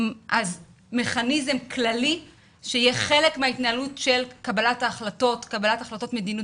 אז מכניזם כללי שיהיה חלק מההתנהלות של קבלת החלטות מדיניות